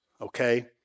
okay